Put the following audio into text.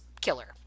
killer